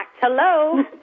Hello